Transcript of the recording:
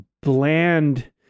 bland